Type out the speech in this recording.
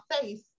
face